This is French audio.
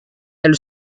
elle